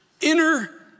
inner